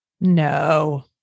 No